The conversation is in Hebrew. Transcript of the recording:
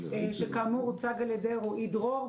שכאמור הוצג על ידי רועי דרור,